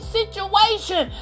situation